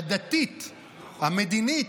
הדתית והמדינית".